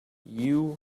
you